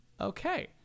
Okay